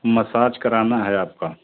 massage कराना है आपका